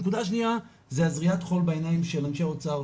הנקודה השנייה זו זריית החול בעיניים של אנשי האוצר,